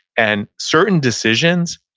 and certain decisions